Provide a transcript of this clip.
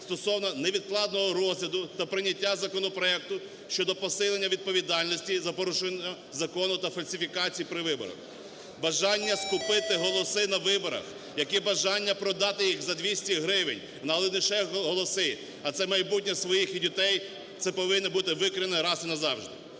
стосовно невідкладного розгляду та прийняття законопроекту щодо посилення відповідальності за порушення закону та фальсифікації при виборах. Бажання скупити голоси на виборах, як і бажання продати їх за 200 гривень, але лише голоси, а це майбутнє своїх дітей, це повинно бути викорінено раз і назавжди.